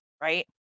right